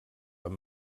amb